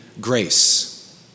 grace